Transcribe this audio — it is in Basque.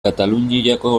kataluniako